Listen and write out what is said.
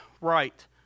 right